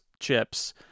chips